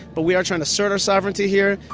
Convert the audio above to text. but we are trying to assert our sovereignty here,